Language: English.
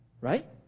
Right